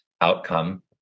outcome